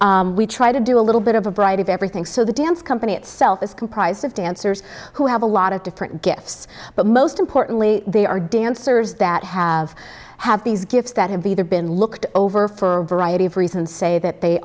jazz we try to do a little bit of a bride of everything so the dance company itself is comprised of dancers who have a lot of different gifts but most importantly they are dancers that have have these gifts that have either been looked over for a variety of reason say that they